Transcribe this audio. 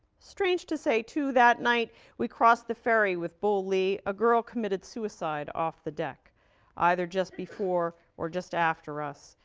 strange to say, too, that night we crossed the ferry with bull lee a girl committed suicide off the deck either just before or just after us.